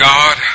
God